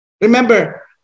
Remember